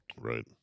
Right